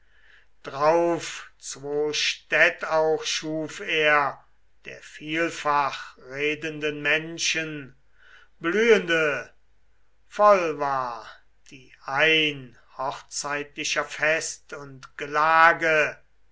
drauf zwo städt auch schuf er der vielfach redenden menschen blühende voll war die ein hochzeitlicher fest und gelage